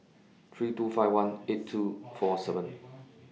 three two five one eight two four seven